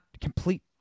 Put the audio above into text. complete